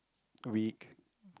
week